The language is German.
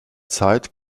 zeit